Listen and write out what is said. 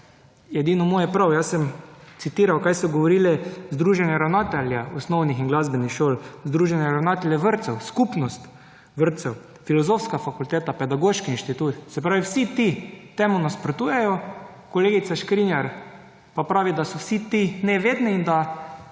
edino moje prav. Jaz sem citiral kaj so govorili Združenje ravnateljev osnovnih in glasbenih šol, Združenje ravnateljev vrtcev, Skupnost vrtcev, Filozofska fakulteta, Pedagoški inštitut. Se pravi, vsi ti temu nasprotujejo. Kolegica Škrinjar pa pravi, da so vsi ti nevedni in da